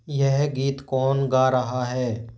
यह गीत कौन गा रहा है